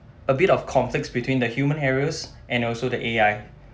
a bit of conflicts between the human errors and also the A_I